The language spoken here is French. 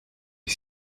est